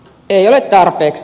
ei ole tarpeeksi